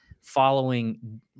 following